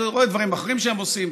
אני רואה דברים אחרים שהם עושים,